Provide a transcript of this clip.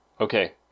Okay